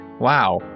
Wow